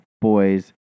boys